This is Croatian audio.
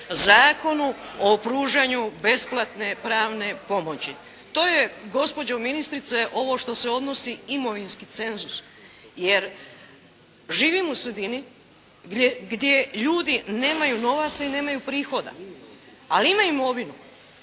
Zakonu o pružanju besplatne pravne pomoći. To je gospođo ministrice ovo što se odnosi imovinski cenzus. Jer živim u sredini gdje ljudi nemaju novaca i nemaju prihoda, a imaju imovinu